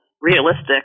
realistic